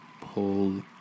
pull